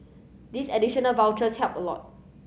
these additional vouchers help a lot